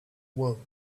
world